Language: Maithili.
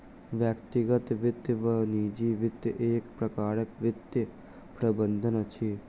व्यक्तिगत वित्त वा निजी वित्त एक प्रकारक वित्तीय प्रबंधन अछि